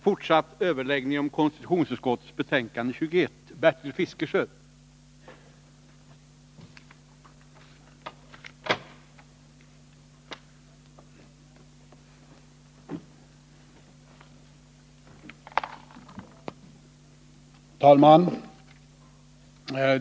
Herr talman!